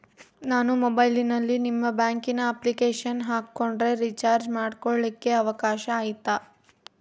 ನಾನು ಮೊಬೈಲಿನಲ್ಲಿ ನಿಮ್ಮ ಬ್ಯಾಂಕಿನ ಅಪ್ಲಿಕೇಶನ್ ಹಾಕೊಂಡ್ರೆ ರೇಚಾರ್ಜ್ ಮಾಡ್ಕೊಳಿಕ್ಕೇ ಅವಕಾಶ ಐತಾ?